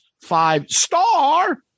five-star